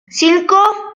cinco